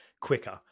quicker